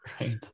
right